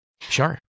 sure